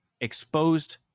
exposed